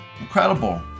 Incredible